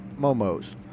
Momos